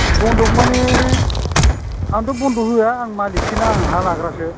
बन्दक माने आंथ' बन्दक होआ आं मालिकसो ना आं हा लाग्रासो